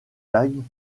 line